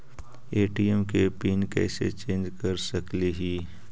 ATM के pin कैसे change कर सकली ही?